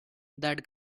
that